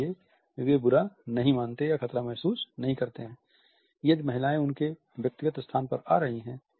इसलिए वे बुरा नहीं मानते या खतरा महसूस नहीं करते हैं यदि महिलाएं उनके व्यक्तिगत स्थान पर आ रही हैं